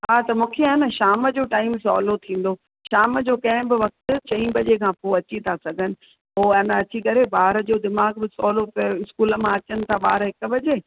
हा त मूंखे अइन शाम जो टाइम सवलो थींदो शाम जो कंहिं बि वक़्ति चई बजे खां पोइ अची था सघनि पोइ अइन अची करे ॿार जो दिमाग़ बि सवलो स्कूल मां अचनि था ॿार हिक बजे